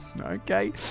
okay